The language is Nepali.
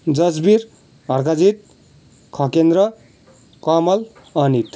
जजविर हर्कजित खकेन्द्र कमल अनित